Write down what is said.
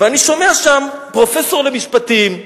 ואני שומע שם פרופסור למשפטים,